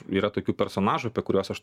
yra tokių personažų apie kuriuos aš